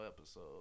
episode